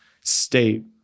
state